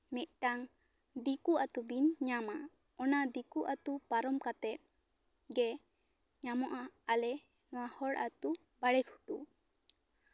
ᱢᱤᱫᱴᱟᱝ ᱫᱤᱠᱩ ᱟᱛᱚ ᱵᱤᱱ ᱧᱟᱢᱟ ᱚᱱᱟ ᱫᱤᱠᱩ ᱟᱛᱚ ᱯᱟᱨᱚᱢ ᱠᱟᱛᱮᱜ ᱜᱮ ᱧᱟᱢᱚᱜᱼᱟ ᱟᱞᱮ ᱱᱚᱣᱟ ᱦᱚᱲ ᱟᱛᱚ ᱵᱟᱲᱮ ᱜᱷᱩᱴᱩ